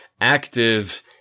active